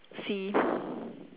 sea